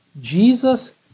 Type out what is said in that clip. Jesus